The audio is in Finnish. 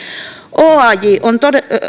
oaj on